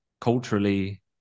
culturally